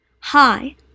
Hi